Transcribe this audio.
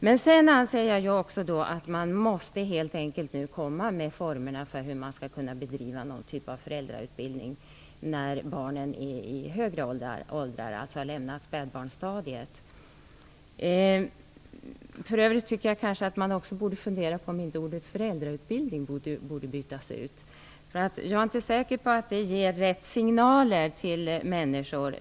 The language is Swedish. Sedan anser jag också att man nu helt enkelt måste komma med formerna för hur föräldrautbildning skall kunna bedrivas när barnen är i högre åldrar, dvs. har lämnat spädbarnsstadiet. För övrigt tycker jag att man kanske borde fundera på om inte ordet föräldrautbildning borde bytas ut. Jag är inte säker på att det ger rätt signaler till människor.